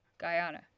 Guyana